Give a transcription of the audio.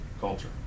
culture